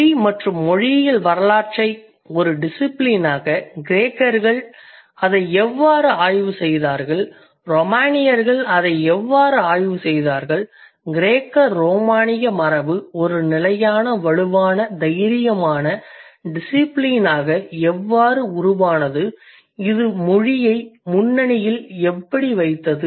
மொழி மற்றும் மொழியியல் வரலாற்றை ஒரு டிசிபிலினாக கிரேக்கர்கள் அதை எவ்வாறு ஆய்வு செய்தார்கள் ரோமானியர்கள் அதை எவ்வாறு ஆய்வு செய்தார்கள் கிரேக்க ரோமானிய மரபு ஒரு நிலையான வலுவான தைரியமான டிசிபிலினாக எவ்வாறு உருவானது இது மொழியை முன்னணியில் வைத்தது